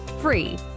free